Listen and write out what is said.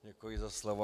Děkuji za slovo.